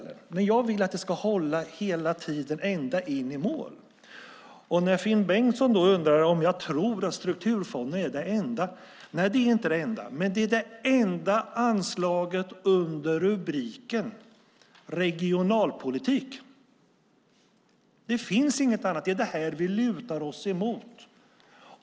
Men jag vill att det ska hålla hela tiden, ända in i mål. Finn Bengtsson undrar om jag tror att strukturfonderna är det enda. Nej, de är inte det enda. Men det är det enda anslaget under rubriken Regionalpolitik. Det finns inget annat. Det är det här vi lutar oss emot.